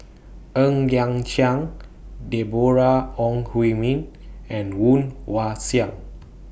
Ng Liang Chiang Deborah Ong Hui Min and Woon Wah Siang